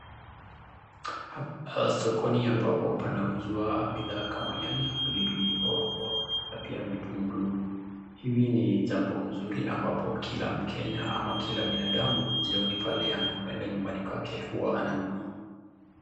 Sokoni ambapo panauzwa bidhaa kama nyanya, pilipili hoho, na pia vitunguu. Hivi ni jambo mzuri ambapo kila mkenya ama kila binadamu jioni pale anapokwenda nyumbani kwake, huwa ananunua.